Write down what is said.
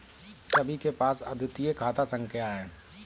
सभी के पास अद्वितीय खाता संख्या हैं